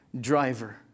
driver